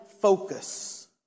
focus